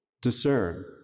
discern